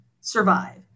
survive